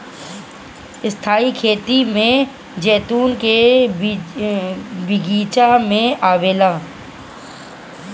स्थाई खेती में जैतून के बगीचा भी आवेला